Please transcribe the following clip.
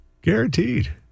Guaranteed